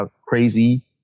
crazy